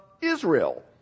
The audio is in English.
Israel